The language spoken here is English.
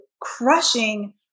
crushing